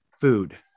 food